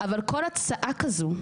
אבל כל הצעה כזו,